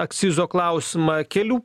akcizo klausimą kelių